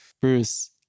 Bruce